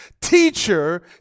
teacher